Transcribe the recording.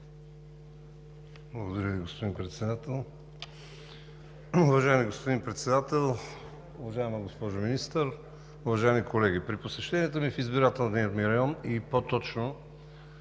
Уважаеми господин Председател, уважаема госпожо Министър, уважаеми колеги! При посещението ми в избирателния ми район, и по-точно